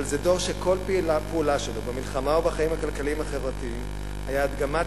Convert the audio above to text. אבל זה דור שכל פעולה שלו במלחמה או בחיים החברתיים היה הדגמת